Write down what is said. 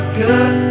good